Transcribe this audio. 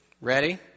ready